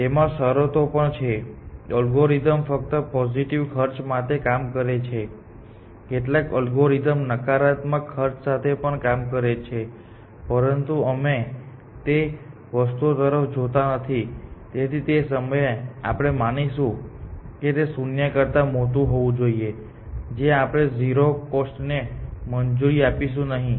તેમાં શરતો પણ છે અલ્ગોરિધમ્સ ફક્ત પોઝિટિવ ખર્ચ માટે કામ કરે છે કેટલાક એલ્ગોરિધમ્સ નકારાત્મક ખર્ચ સાથે પણ કામ કરે છે પરંતુ અમે તે વસ્તુઓ તરફ જોતા નથી તેથી તે સમયે આપણે માનીશું કે તે શૂન્ય કરતા મોટું હોવું જોઈએ જ્યાં આપણે ઝીરો કોસ્ટને મંજૂરી આપીશું નહીં